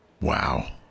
Wow